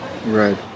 Right